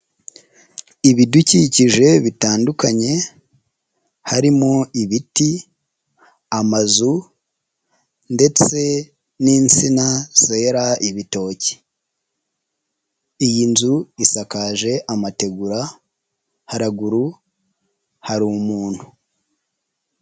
Ibidukikije bitandukanye, harimo ibiti, amazu ndetse n'insina zera ibitoki, iyi nzu isakaje amategura, haraguru hari umuntu.